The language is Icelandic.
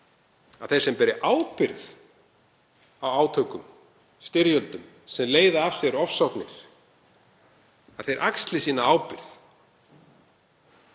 að þeir sem bera ábyrgð á átökum, styrjöldum, sem leiða af sér ofsóknir, axli sína ábyrgð.